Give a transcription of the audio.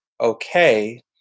okay